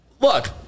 Look